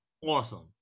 Awesome